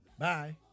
Bye